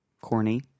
Corny